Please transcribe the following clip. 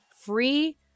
free